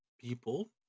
people